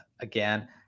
again